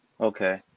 Okay